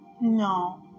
No